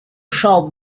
shall